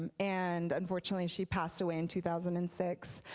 um and unfortunately she passed away in two thousand and six.